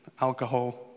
alcohol